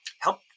help